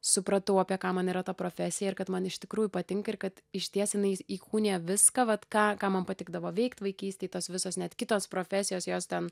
supratau apie ką man yra ta profesija ir kad man iš tikrųjų patinka ir kad išties jinai įkūnija viską vat ką ką man patikdavo veikt vaikystėj tos visos net kitos profesijos jos ten